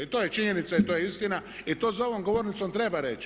I to je činjenica i to je istina i to za ovom govornicom treba reći.